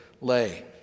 lay